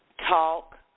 talk